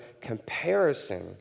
comparison